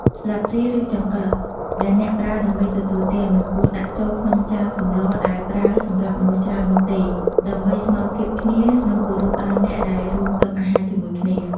ស្លាបព្រា ឬចង្កឹះដែលអ្នកប្រើដើម្បីទទួលទាន មិនគួរដាក់ចូលក្នុងចានសម្លដែលប្រើសម្រាប់មនុស្សច្រើននោះទេ ដើម្បីស្មើភាពគ្នានិងគោរពដល់អ្នកដែលរួមតុអាហារជាមួយគ្នា។